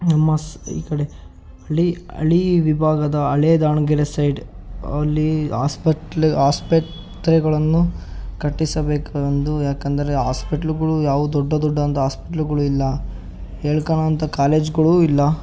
ನಮ್ಮ ಸ್ ಈ ಕಡೆ ಅಳೀ ಹಳೆಯ ವಿಭಾಗದ ಹಳೆಯ ದಾವಣಗೆರೆ ಸೈಡಲ್ಲಿ ಹಾಸ್ಪಟ್ಲ್ ಆಸ್ಪತ್ರೆಗಳನ್ನು ಕಟ್ಟಿಸಬೇಕೆಂದು ಯಾಕೆಂದರೆ ಹಾಸ್ಪಿಟ್ಲ್ಗಳು ಯಾವು ದೊಡ್ಡ ದೊಡ್ಡ ಅಂಥ ಹಾಸ್ಪಿಟ್ಲ್ಗಳು ಇಲ್ಲ ಹೇಳ್ಕೋಳೋಂತ ಕಾಲೇಜ್ಗಳೂ ಇಲ್ಲ